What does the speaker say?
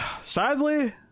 sadly